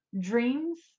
Dreams